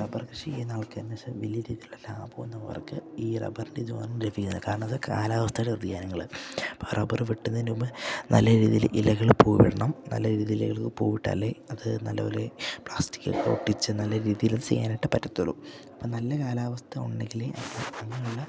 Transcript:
rubber കൃഷി ചെയ്യുന്നവർക്ക് എന്നു വച്ചാൽ വലിയ രീതിയിലുള്ള ലാഭമൊന്നും അവർക്ക് ഈ റബ്ബറിനൊന്നും ലഭിക്കുന്നില്ല കാരണം അത് കാലാവസ്ഥയുടെ വ്യതിയാനങ്ങളാണ് അപ്പം റബ്ബർ വെട്ടുന്നതിന് നുമ്പ് നല്ല രീതിയിൽ ഇലകൾ പൂവിടണം നല്ല രീതിയിൽ ഇലകൾ പൂവിട്ടാലേ അത് നല്ല പോലെ പ്ലാസ്റ്റികൊക്കെ ഒട്ടിച്ചു നല്ല രീതിയിൽ ചെയ്യാനായിട്ട് പറ്റത്തുള്ളൂ അപ്പം നല്ല കാലാവസ്ഥ ഉണ്ടെങ്കിലേ അങ്ങനെയുള്ള